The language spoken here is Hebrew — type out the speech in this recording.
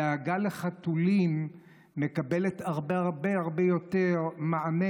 הדאגה לחתולים מקבלת הרבה הרבה הרבה יותר מענה